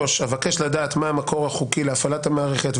אבקש לדעת מה המקור החוקי להפעלת המערכת,